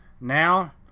Now